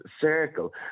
circle